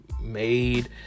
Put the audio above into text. made